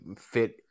fit